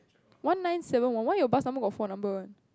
one nine seven one why your bus number got four number one